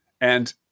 And-